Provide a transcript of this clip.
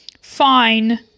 fine